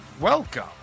welcome